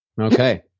Okay